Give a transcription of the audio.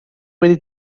wedi